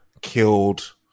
killed